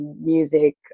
music